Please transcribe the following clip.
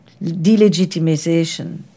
delegitimization